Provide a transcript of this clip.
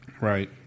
Right